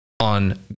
on